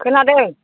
खोनादों